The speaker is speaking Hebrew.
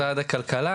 הכלכלה,